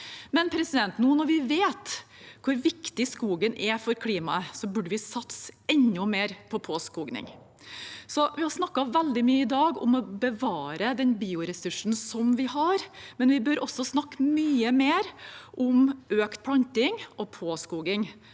1990-tallet. Nå når vi vet hvor viktig skogen er for klimaet, burde vi satse enda mer på påskoging. Vi har i dag snakket veldig mye om å bevare den bioressursen vi har, men vi bør snakke mye mer om økt planting og påskoging,